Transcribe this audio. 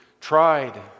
tried